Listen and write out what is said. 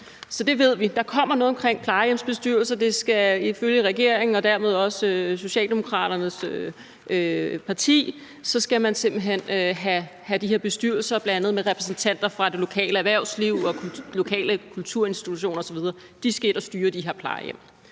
Så vi ved, at der kommer noget om plejehjemsbestyrelser. Man skal ifølge regeringen og dermed også Socialdemokraterne simpelt hen have de her bestyrelser med bl.a. repræsentanter fra det lokale erhvervsliv og lokale kulturinstitutioner osv. De skal ind og styre de her plejehjem.